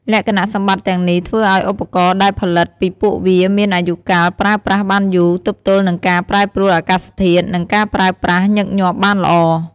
លក្ខណៈសម្បត្តិទាំងនេះធ្វើឱ្យឧបករណ៍ដែលផលិតពីពួកវាមានអាយុកាលប្រើប្រាស់បានយូរ ទប់ទល់នឹងការប្រែប្រួលអាកាសធាតុ និងការប្រើប្រាស់ញឹកញាប់បានល្អ។